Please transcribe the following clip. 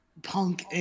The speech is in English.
Punk